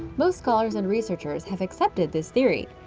most scholars and researchers have accepted this theory.